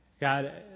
God